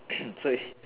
so it's